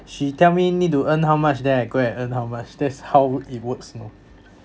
she tell me need to earn how much then I go and earn how much that's how it works you know